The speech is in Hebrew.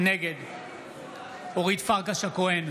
נגד אורית פרקש הכהן,